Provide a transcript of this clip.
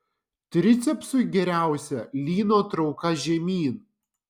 tricepsui geriausia lyno trauka žemyn